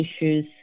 issues